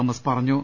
Thomas പറഞ്ഞു